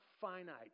finite